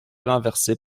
renversée